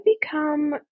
become